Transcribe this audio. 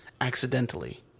accidentally